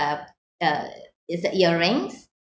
uh uh it's a earrings